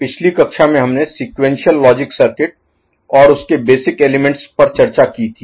पिछली कक्षा में हमने sequential logic circuit Sequential Logic Circuit अनुक्रमिक तर्क सर्किट और उसके बेसिक एलिमेंट्स पर चर्चा की थी